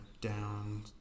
down